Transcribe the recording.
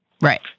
Right